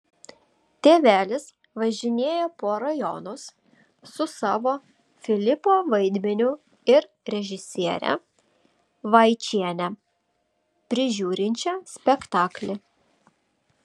tėvelis važinėja po rajonus su savo filipo vaidmeniu ir režisiere vaičiene prižiūrinčia spektaklį